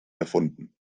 erfunden